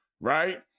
right